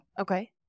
Okay